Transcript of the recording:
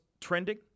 trending